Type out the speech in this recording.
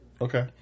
Okay